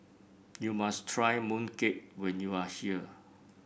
you must try mooncake when you are here